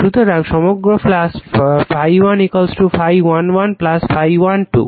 সুতরাং সমগ্র ফ্লাক্স ∅1 ∅11 ∅12